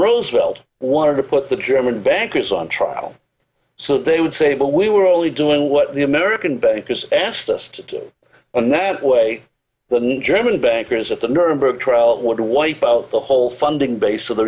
roosevelt wanted to put the german bankers on trial so they would say well we were only doing what the american bankers asked us to do and that way the german bankers at the nuremberg trial would wipe out the whole funding base of the